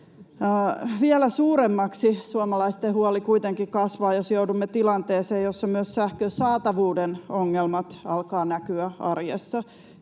Vielä suuremmaksi suomalaisten huoli kuitenkin kasvaa, jos joudumme tilanteeseen, jossa myös sähkön saatavuuden ongelmat alkavat näkyä arjessa.